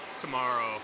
tomorrow